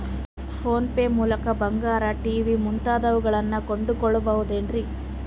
Phone pay ಮೂಲಕ ಬಂಗಾರ, TV ಮುಂತಾದವುಗಳನ್ನ ಕೊಂಡು ಕೊಳ್ಳಬಹುದೇನ್ರಿ?